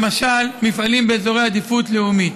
למשל מפעלים באזורי עדיפות לאומית.